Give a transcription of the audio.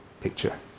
picture